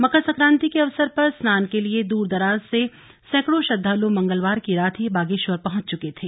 मकर संक्रांति के अवसर पर स्नान के लिए दूर दराज से सैकड़ों श्रद्वालु मंगलवार की रात ही बागेश्वर पहुंच चुके थे